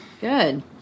good